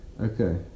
okay